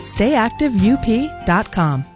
StayActiveUP.com